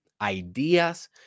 ideas